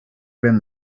been